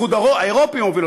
שהאיחוד האירופי הוביל,